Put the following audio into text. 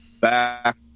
back